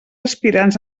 aspirants